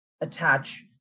attach